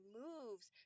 moves